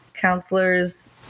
counselors